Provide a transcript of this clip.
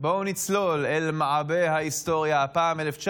12:43 ונתחדשה בשעה 12:49.)